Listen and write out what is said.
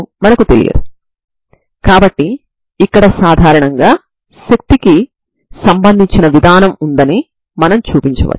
ప్రారంభ నియమాలను ఇంకా వర్తింప చేయలేదు ఇది n ఇది యొక్క ప్రతి విలువకు నిజం అవుతుంది